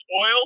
oil